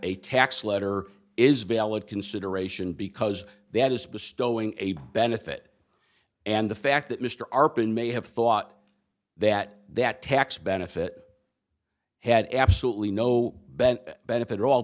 a tax letter is valid consideration because they add a space to a benefit and the fact that mr arpan may have thought that that tax benefit had absolutely no bend benefit a